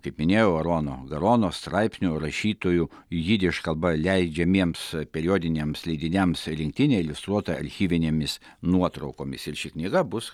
kaip minėjau arono garono straipsnių rašytojų jidiš kalba leidžiamiems periodiniams leidiniams rinktinė iliustruota archyvinėmis nuotraukomis ir ši knyga bus